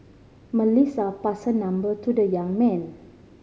melissa passed number to the young man